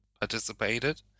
participated